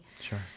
Sure